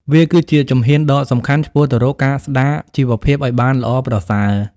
វាគឺជាជំហានដ៏សំខាន់ឆ្ពោះទៅរកការស្តារជីវភាពឱ្យបានល្អប្រសើរ។